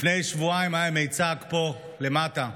לפני שבועיים היה מיצג פה למטה,